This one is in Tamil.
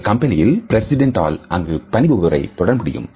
ஒரு கம்பெனியில் பிரசிடெண்ட்ஆல் அங்கு பணிபுரிபவரை தொட முடியும்